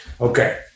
Okay